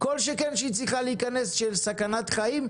כל שכן שהיא צריכה להיכנס כשיש סכנת חיים,